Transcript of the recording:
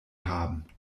haben